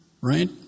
Right